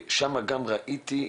שם גם ראיתי,